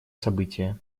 события